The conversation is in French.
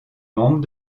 membres